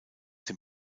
dem